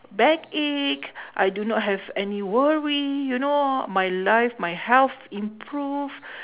backache I do not have any worry you know my life my health improve